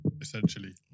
essentially